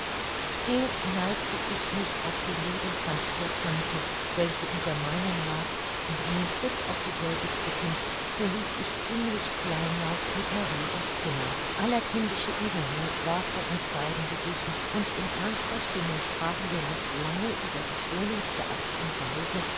still neigte ich mich auf die liebe hand der tante welche in der meinen lag und einen kuß auf dieselbe drückend verließ ich ziemlich kleinlaut mit marie das zimmer aller kindische uebermuth war von uns beiden gewichen und in ernster stimmung sprachen wir noch lange über die schonendste art und weise